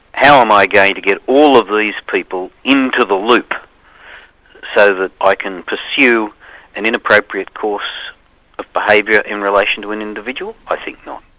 how am i going to get all of these people into the loop so that i can pursue an inappropriate course of behaviour in relation to an individual. i think not.